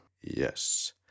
yes